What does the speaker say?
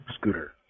scooter